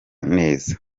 neza